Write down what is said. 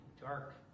dark